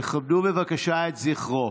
תכבדו בבקשה את זכרו.